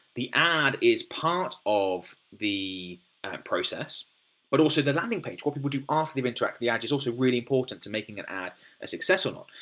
the ad is part of the process but also the landing page, what people do after they've interacted with the ad is also really important to making an ad a success or not.